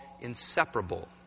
inseparable